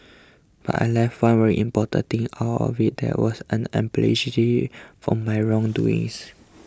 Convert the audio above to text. but I left one very important thing out of it and was an for my wrong doings